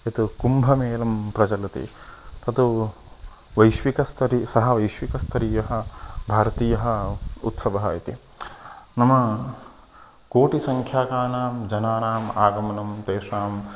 यत् कुम्भमेलं प्रचलति तत् वैश्विकस्तरी सः वैश्विकस्तरीयः भारतीयः उत्सवः इति नाम कोटिसङ्ख्यकानां जनानाम् आगमनं तेषाम्